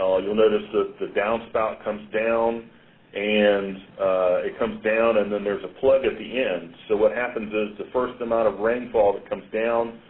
um you'll notice the the downspout comes down and it comes down and then there's a plug at the end. so what happens is the first amount of rainfall that comes down,